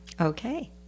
Okay